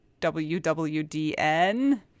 wwdn